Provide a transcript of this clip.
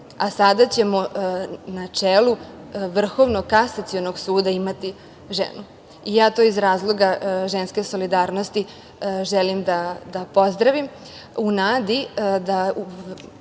a sada ćemo na čelu Vrhovnog kasacionog suda imati ženu. Ja to iz razloga ženske solidarnosti želim da pozdravim, u nadi da